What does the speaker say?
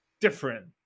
different